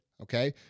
Okay